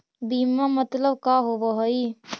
बीमा मतलब का होव हइ?